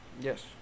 Yes